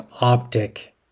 optic